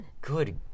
Good